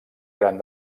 gran